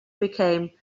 became